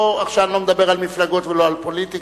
עכשיו אני לא מדבר על מפלגות ולא על פוליטיקה,